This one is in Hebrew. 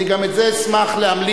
אני גם את זה אשמח להמליץ,